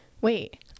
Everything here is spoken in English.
wait